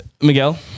Miguel